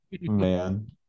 man